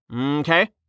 Okay